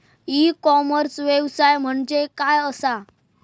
E commerce व्यवसाय म्हणजे काय असा?